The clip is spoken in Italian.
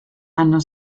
hanno